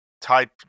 type